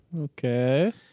Okay